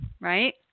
Right